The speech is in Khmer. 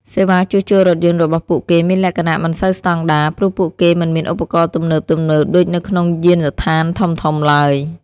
សេវាជួសជុលរថយន្តរបស់ពួកគេមានលក្ខណៈមិនសូវស្តង់ដារ ព្រោះពួកគេមិនមានឧបករណ៍ទំនើបៗដូចនៅក្នុងយានដ្ឋានធំៗឡើយ។